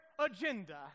agenda